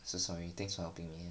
so sorry thanks for helping out